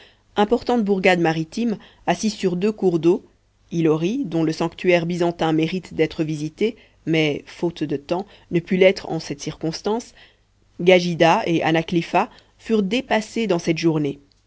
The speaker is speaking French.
importante bourgade maritime assise sur deux cours d'eau hori dont le sanctuaire byzantin mérite d'être visité mais faute de temps ne put l'être en cette circonstance gajida et anaklifa furent dépassés dans cette journée